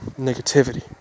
negativity